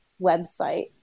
website